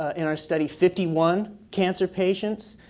in our study, fifty one cancer patients.